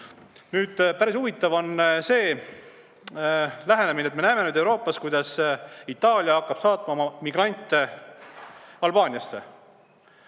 Nüüd, päris huvitav on see lähenemine, mida me näeme Euroopas, kuidas Itaalia hakkab saatma oma migrante Albaaniasse.